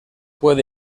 puede